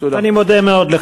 תודה.